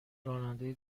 راننده